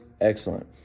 excellent